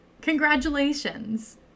Congratulations